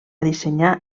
dissenyar